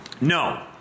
No